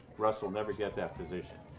russ will never get that position,